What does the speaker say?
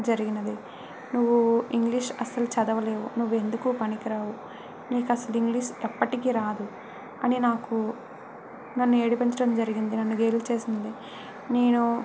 జరిగింది నువ్వు ఇంగ్లీష్ అసలు చదవలేవు నువ్వు ఎందుకు పనికిరావు నీకు అసలు ఇంగ్లీష్ ఎప్పటికి రాదు అని నాకు నన్ను ఏడిపించడం జరిగింది నన్ను గేలి చేసింది నేను